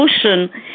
solution